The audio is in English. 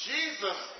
Jesus